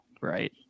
right